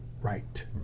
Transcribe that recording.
right